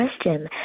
question